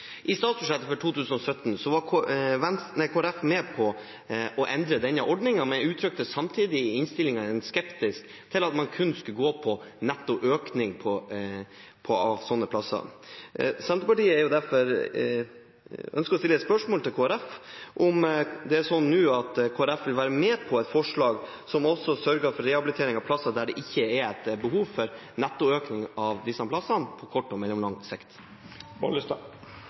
I statsbudsjettet for 2017 var Kristelig Folkeparti med på å endre denne ordningen, men uttrykte samtidig i innstillingen skepsis til at man kun skulle gå for en nettoøkning av slike plasser. Senterpartiet ønsker å stille et spørsmål til Kristelig Folkeparti om hvorvidt de vil være med på et forslag som også sørger for rehabilitering av plasser der det ikke er behov for nettoøkning av disse plassene på kort og mellomlang sikt.